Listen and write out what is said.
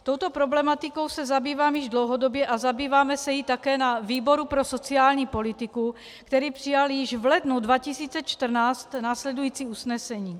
Touto problematikou se zabývám již dlouhodobě a zabýváme se jí také na výboru pro sociální politiku, který přijal již v lednu 2014 následující usnesení: